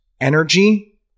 energy